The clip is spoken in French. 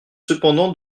cependant